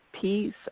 peace